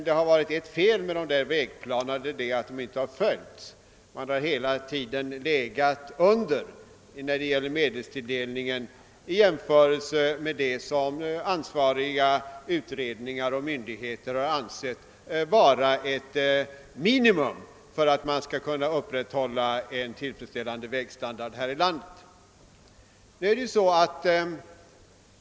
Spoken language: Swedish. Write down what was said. De har emellertid inte följts utan man har hela tiden legat under när det gäller medelstilldelningen i jämförelse med vad ansvariga utredare och myndigheter ansett vara ett minimum för att kunna upprätthålla en tillfredsställande vägstandard.